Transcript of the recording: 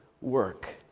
work